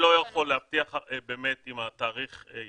אני לא יכול להבטיח לך אם יעמדו בתאריך.